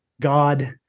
God